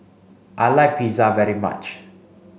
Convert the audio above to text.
I like Pizza very much